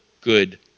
good